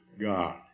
God